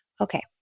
Okay